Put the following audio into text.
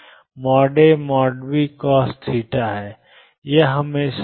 Bcos और यह हमेशा